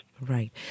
Right